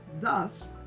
Thus